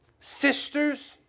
sisters